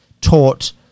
taught